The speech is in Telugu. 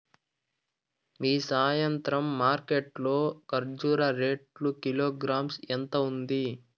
ఈ సాయంత్రం మార్కెట్ లో కర్బూజ రేటు కిలోగ్రామ్స్ ఎంత ఉంది?